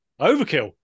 Overkill